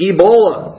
Ebola